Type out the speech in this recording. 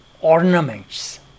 ornaments